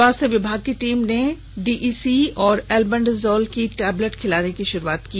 स्वास्थ्य विभाग की टीम ने डीईसी और अलबेंडाजोल का टैबलेट खिलाने की शुरूआत की